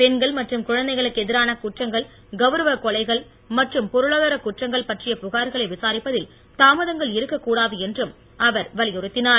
பெண்கன் மற்றும் குழந்தைகளுக்கு எதிரான குற்றங்கன் கௌரவக் கொலைகள் மற்றும் பொருளாதார குற்றங்கள் பற்றிய புகார்களை விசாரிப்பதில் தாமதங்கள் இருக்க கூடாது என்றும் அவர் வலியுறுத்தினார்